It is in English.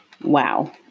Wow